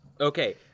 okay